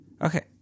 Okay